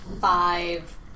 five